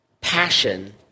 passion